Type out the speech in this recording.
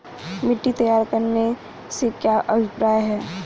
मिट्टी तैयार करने से क्या अभिप्राय है?